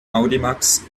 audimax